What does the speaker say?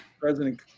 president